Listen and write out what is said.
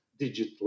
digitally